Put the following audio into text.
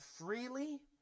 freely